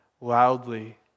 loudly